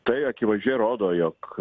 tai akivaizdžiai rodo jog